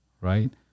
right